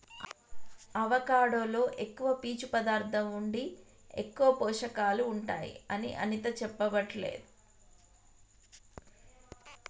avocado లో ఎక్కువ పీచు పదార్ధం ఉండి ఎక్కువ పోషకాలు ఉంటాయి అని అనిత చెప్పబట్టే